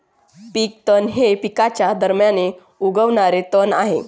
पीक तण हे पिकांच्या दरम्यान उगवणारे तण आहे